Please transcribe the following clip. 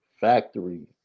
factory